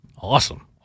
Awesome